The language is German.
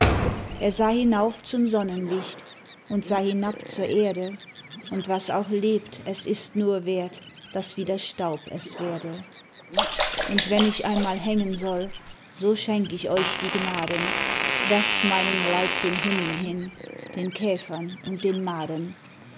er sah hinauf zum sonnenlicht und sah hinab zur erde und was auch lebt es ist nur wert daß wieder staub es werde und wenn ich einmal hängen soll so schenk ich euch die gnaden werft meinen leib den hunden hin den käfern und den maden